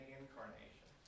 incarnation